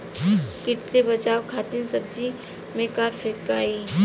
कीट से बचावे खातिन सब्जी में का फेकाई?